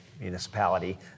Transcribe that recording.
municipality